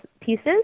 pieces